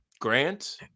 Grant